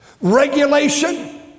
Regulation